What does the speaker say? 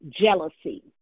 jealousy